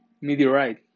Meteorite